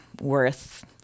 worth